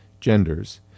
genders